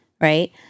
right